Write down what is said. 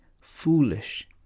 foolish